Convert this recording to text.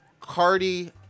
Cardi